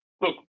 look